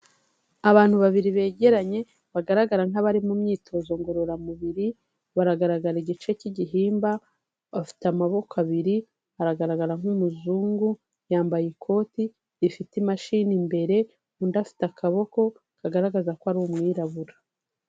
Abantu babiri begeranye bagaragara nk'abari mu myitozo ngororamubiri, baragaragara igice k'igihimba, bafite amaboko abiri aragaragara nk'umuzungu, yambaye ikoti rifite imashini imbere, undi afite akaboko kagaragaza ko ari umwirabura.